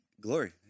Glory